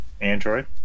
Android